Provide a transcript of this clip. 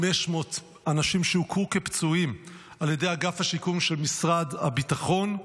אנשים שהוכרו פצועים על ידי אגף השיקום של משרד הביטחון.